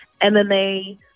MMA